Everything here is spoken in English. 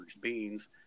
beans